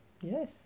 Yes